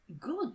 Good